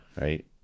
right